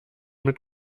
mit